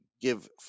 give